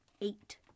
eight